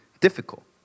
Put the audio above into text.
difficult